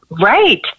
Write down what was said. Right